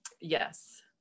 Yes